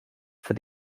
for